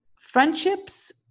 Friendships